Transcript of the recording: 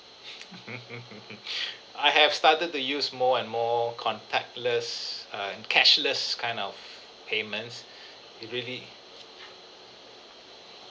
I have started to use more and more contactless uh and cashless kind of payments it really